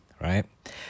right